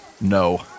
No